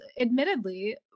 admittedly